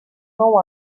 nou